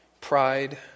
Pride